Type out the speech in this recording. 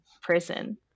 prison